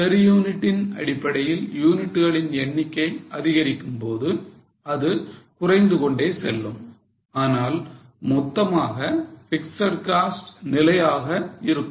per unit இன் அடிப்படையில் யூனிட்டுகளின் எண்ணிக்கை அதிகரிக்கும்போது இது குறைந்து கொண்டே செல்லும் ஆனால் மொத்தமாக பிக்ஸட் காஸ்ட் நிலையாக இருக்கும்